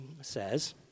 says